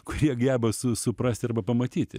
kurie geba su suprasti arba pamatyti